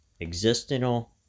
existential